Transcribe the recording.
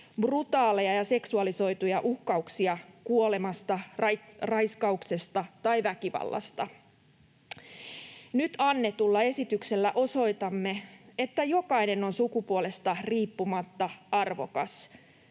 brutaaleja ja seksualisoituja uhkauksia kuolemasta, raiskauksesta tai väkivallasta. Nyt annetulla esityksellä osoitamme, että jokainen on sukupuolesta riippumatta arvokas,